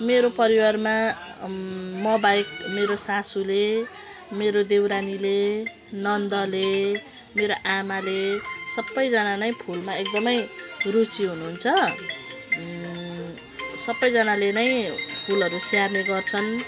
मेरो परिवारमा मबाहेक मेरो सासुले मेरो देवरानीले नन्दले मेरो आमाले सबैजना नै फुलमा एकदमै रुचि हुनुहुन्छ सबैजनाले नै फुलहरू स्याहार्ने गर्छन्